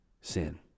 sin